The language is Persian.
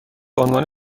عنوان